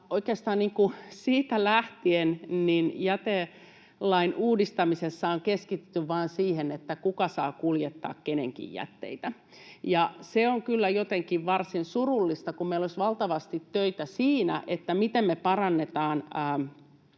oikeastaan siitä lähtien jätelain uudistamisessa on keskitytty vain siihen, kuka saa kuljettaa kenenkin jätteitä. Se on kyllä jotenkin varsin surullista, kun meillä olisi valtavasti töitä siinä, miten me parannetaan